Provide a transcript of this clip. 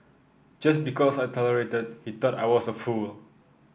just because I tolerated he thought I was a fool